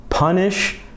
Punish